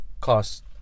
cost